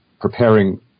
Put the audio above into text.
preparing